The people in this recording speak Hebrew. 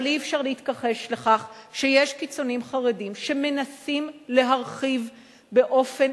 אבל אי-אפשר להתכחש לכך שיש קיצונים חרדים שמנסים להרחיב באופן